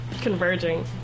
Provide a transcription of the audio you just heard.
converging